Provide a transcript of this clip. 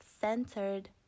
centered